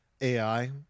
AI